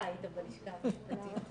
צריכים לקבל 26 תפקידים